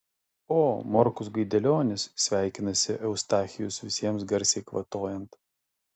o morkus gaidelionis sveikinasi eustachijus visiems garsiai kvatojant